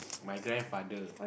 my grandfather